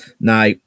Now